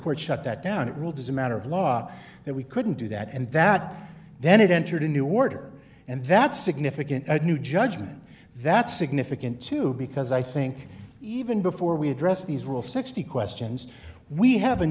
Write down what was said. court shut that down it ruled as a matter of law that we couldn't do that and that then it entered a new order and that's significant new judgment that's significant too because i think even before we address these real sixty questions we have a